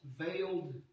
veiled